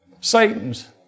Satan's